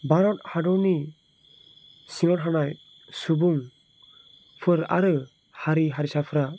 भारत हादरनि सिङाव थानाय सुबुंफोर आरो हारि हारिसाफोरा